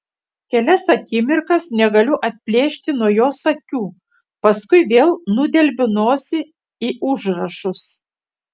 kelias akimirkas negaliu atplėšti nuo jos akių paskui vėl nudelbiu nosį į užrašus